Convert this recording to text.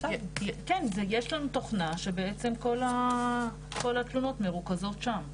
יש לנו תוכנה שבעצם כל התלונות מרוכזות שם.